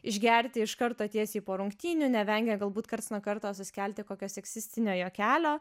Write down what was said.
išgerti iš karto tiesiai po rungtynių nevengia galbūt karts nuo karto suskelti kokio seksistinio juokelio